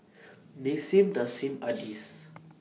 Nissim Nassim Adis